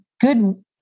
good